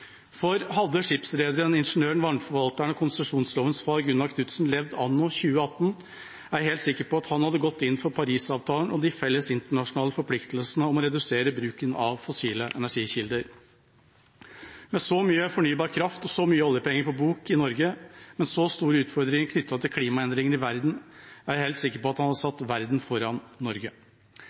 Hadde skipsrederen, ingeniøren, vannforvalteren og konsesjonslovens far, Gunnar Knudsen, levd anno 2018, er jeg helt sikker på at han hadde gått inn for Parisavtalen og de felles internasjonale forpliktelsene om å redusere bruken av fossile energikilder. Med så mye fornybar kraft og så mye oljepenger på bok i Norge, men så store utfordringer knyttet til klimaendringer i verden, er jeg helt sikker på at han hadde satt verden foran Norge.